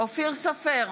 אופיר סופר,